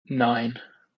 nine